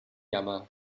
jammer